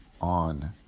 on